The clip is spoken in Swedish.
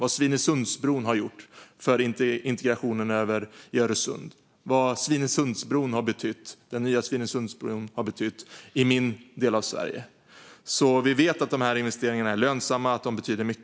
Vi har sett vad Öresundsbron har gjort för integrationen vid Öresund och vad den nya Svinesundsbron har betytt i min del av Sverige. Vi vet att de här investeringarna är lönsamma och att de betyder mycket.